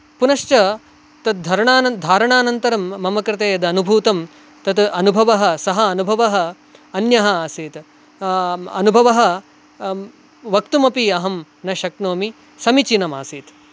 पुनश्च तद् धरणानन्तरं धारणानन्तरं मम कृते यदनुभूतं तत् अनुभवः सः अनुभवः अन्यः आसीत् अनुभवः वक्तुमपि अहं न शक्नोमि समीचीनम् आसीत्